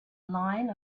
line